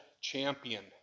champion